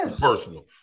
personal